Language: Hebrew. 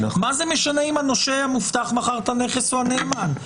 מה זה משנה אם הנושה המובטח מכר את הנכס או הנאמן?